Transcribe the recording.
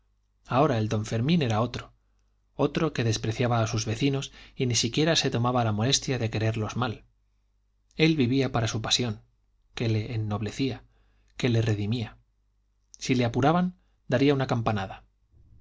ahora el don fermín era otro otro que despreciaba a sus vecinos y ni siquiera se tomaba la molestia de quererlos mal él vivía para su pasión que le ennoblecía que le redimía si le apuraban daría una campanada